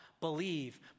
believe